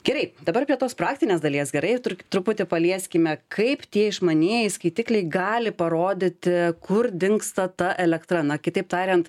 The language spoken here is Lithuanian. gerai dabar prie tos praktinės dalies gerai tru truputį palieskime kaip tie išmanieji skaitikliai gali parodyti kur dingsta ta elektra na kitaip tariant